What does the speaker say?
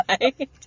Right